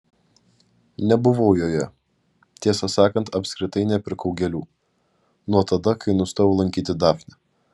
nebuvau joje tiesą sakant apskritai nepirkau gėlių nuo tada kai nustojau lankyti dafnę